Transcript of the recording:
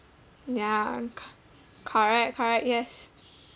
ya c~ correct correct yes